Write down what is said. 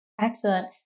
Excellent